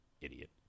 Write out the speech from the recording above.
Idiot